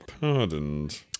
pardoned